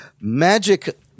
magic